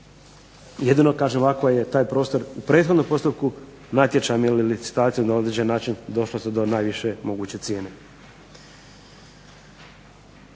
Jedino kažem ako je taj prostor u prethodnom postupku natječajem ili licitacijom na određeni način došlo se do najviše moguće cijene.